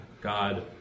God